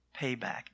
payback